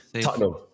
Tottenham